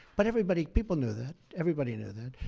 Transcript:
but everybody people knew that. everybody knew that.